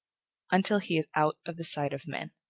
until he is out of the sight of men.